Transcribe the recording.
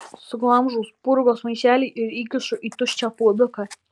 suglamžau spurgos maišelį ir įkišu į tuščią puoduką